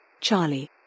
Charlie